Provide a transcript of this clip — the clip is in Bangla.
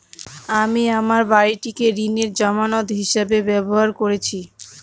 আমি আমার বাড়িটিকে ঋণের জামানত হিসাবে ব্যবহার করেছি